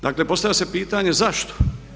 Dakle, postavlja se pitanje zašto?